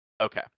Okay